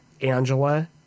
Angela